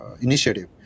initiative